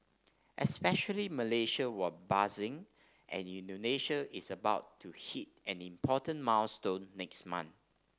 especially Malaysia were buzzing and Indonesia is about to hit an important milestone next month